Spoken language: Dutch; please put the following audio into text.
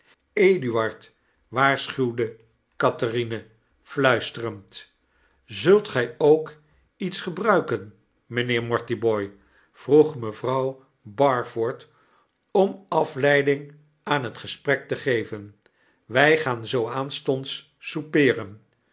eduard r waarschuwde catherine fluisterend zult gij ook iets gebruiken mynheer mortibooi vroeg mevrouw barford om afleiding aan het gesprek te geven wy gaan zoo aanstonds soupeeren